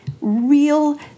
real